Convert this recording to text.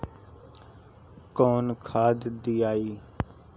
कौन खाद दियई?